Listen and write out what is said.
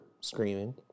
screaming